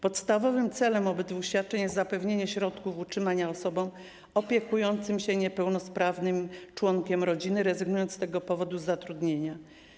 Podstawowym celem obydwu świadczeń jest zapewnienie środków utrzymania osobom opiekującym się niepełnosprawnym członkiem rodziny, które rezygnują z tego powodu z zatrudnienia.